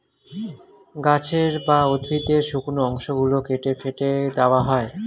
গাছের বা উদ্ভিদের শুকনো অংশ গুলো কেটে ফেটে দেওয়া হয়